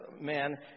man